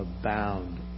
abound